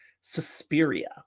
Suspiria